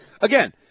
Again